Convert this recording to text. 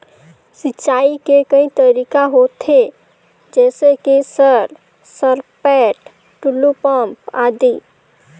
सिंचाई के कई तरीका होथे? जैसे कि सर सरपैट, टुलु पंप, आदि?